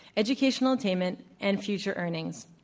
educational attainment, and future earnings.